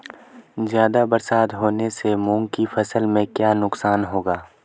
ज़्यादा बरसात होने से मूंग की फसल में क्या नुकसान होगा?